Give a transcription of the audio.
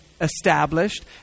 established